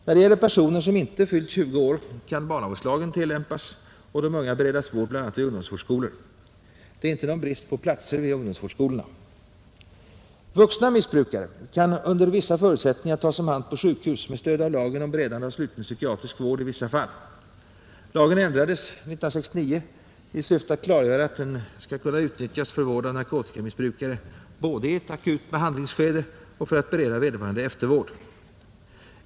När det gäller personer, som inte fyllt 20 år, kan barnavårdslagen tillämpas och de unga beredas vård bl.a. vid ungdomsvårdsskolor. Det är inte någon brist på platser vid ungdomsvårdsskolorna. Vuxna missbrukare kan under vissa förutsättningar tas om hand på sjukhus med stöd av lagen om beredande av sluten psykiatrisk vård i vissa fall. Lagen ändrades år 1969 i syfte att klargöra att den skall kunna utnyttjas för vård av narkotikamissbrukare både i ett akut behandlingsskede och för att bereda vederbörande eftervård.